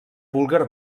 búlgar